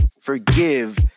forgive